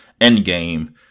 Endgame